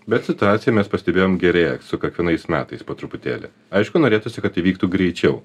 bet situacija mes pastebėjom gerėja su kiekvienais metais po truputėlį aišku norėtųsi kad tai vyktų greičiau